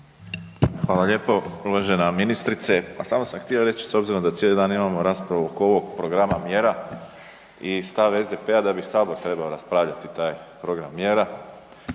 Hvala lijepo. Uvažena ministrice. Pa samo sam htio reć s obzirom da cijeli dan imamo raspravu oko ovog programa mjera i stav SDP-a da bi Sabor trebao raspravljati taj program mjera,